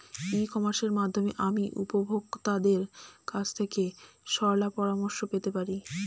ই কমার্সের মাধ্যমে আমি উপভোগতাদের কাছ থেকে শলাপরামর্শ পেতে পারি?